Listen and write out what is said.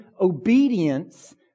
obedience